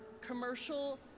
commercial